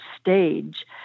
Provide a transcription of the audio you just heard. stage